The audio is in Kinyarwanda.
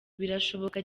birashoboka